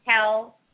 tell